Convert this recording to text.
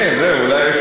כן, אולי.